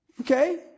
Okay